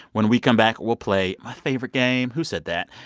when we come back, we'll play my favorite game, who said that?